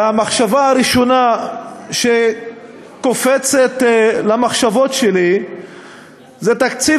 והמחשבה הראשונה שקופצת למחשבות שלי בתקציב